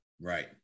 Right